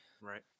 Right